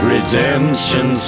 Redemption